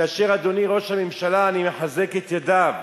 כאשר אדוני ראש הממשלה, אני מחזק את ידיו.